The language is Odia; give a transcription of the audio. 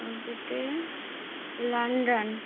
ଆଉ ଗୋଟେ ଲଣ୍ଡନ୍